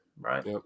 Right